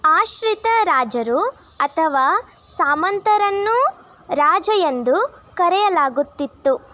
ಆಶ್ರಿತ ರಾಜರು ಅಥವಾ ಸಾಮಂತರನ್ನೂ ರಾಜ ಎಂದು ಕರೆಯಲಾಗುತ್ತಿತ್ತು